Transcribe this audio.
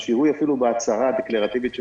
השיהוי אפילו בהצהרה הדקלרטיבית של